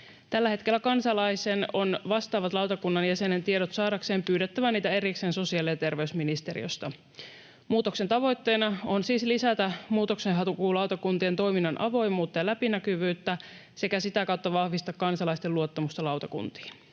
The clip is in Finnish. Tällä hetkellä kansalaisen on vastaavat lautakunnan jäsenen tiedot saadakseen pyydettävä niitä erikseen sosiaali- ja terveysministeriöstä. Muutoksen tavoitteena on siis lisätä muutoksenhakulautakuntien toiminnan avoimuutta ja läpinäkyvyyttä sekä sitä kautta vahvistaa kansalaisten luottamusta lautakuntiin.